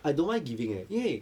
I don't mind giving eh 因为